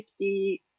50